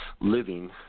living